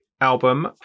album